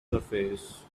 surface